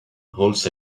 holds